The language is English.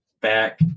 back